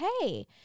Hey